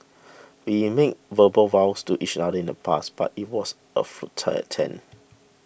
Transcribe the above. we made verbal vows to each other in the past but it was a futile attempt